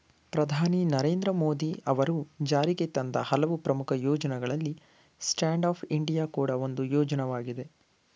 ಪ್ರಧಾನಿ ನರೇಂದ್ರ ಮೋದಿ ಅವರು ಜಾರಿಗೆತಂದ ಹಲವು ಪ್ರಮುಖ ಯೋಜ್ನಗಳಲ್ಲಿ ಸ್ಟ್ಯಾಂಡ್ ಅಪ್ ಇಂಡಿಯಾ ಕೂಡ ಒಂದು ಯೋಜ್ನಯಾಗಿದೆ